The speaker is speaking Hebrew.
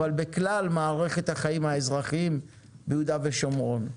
אבל בכלל מערכת החיים האזרחיים ביהודה ושומרון.